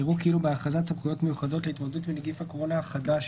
יראו כאילו בהכרזת סמכויות מיוחדות להתמודדות עם נגיף הקורונה החדש